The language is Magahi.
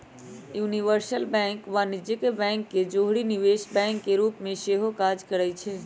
यूनिवर्सल बैंक वाणिज्यिक बैंक के जौरही निवेश बैंक के रूप में सेहो काज करइ छै